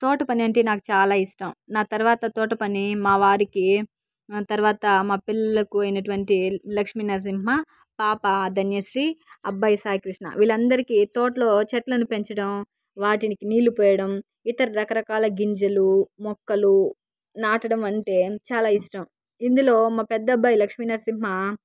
తోట పని అంటే నాకు చాలా ఇష్టం నా తర్వాత తోట పని మా వారికి తర్వాత మా పిల్లలకు అయినటువంటి లక్ష్మీనరసింహ పాప ధన్య శ్రీ అబ్బాయి సాయి కృష్ణ వీళ్ళందరికీ తోటలో చెట్లను పెంచడం వాటిని నీళ్లు పోయడం ఇతర రకరకాల గింజలు మొక్కలు నాటడం అంటే చాలా ఇష్టం ఇందులో మా పెద్దబ్బాయి లక్ష్మీ నరసింహ